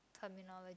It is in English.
terminology